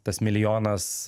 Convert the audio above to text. tas milijonas